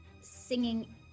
singing